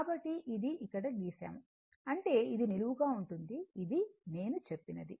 కాబట్టి ఇది ఇక్కడ గీసాము అంటే ఇది నిలువుగా ఉంటుంది ఇది నేను చెప్పినది